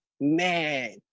man